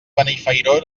benifairó